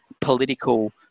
political